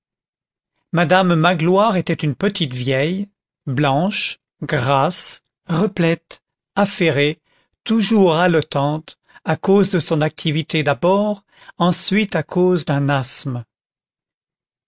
madame magloire était une petite vieille blanche grasse replète affairée toujours haletante à cause de son activité d'abord ensuite à cause d'un asthme